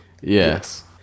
Yes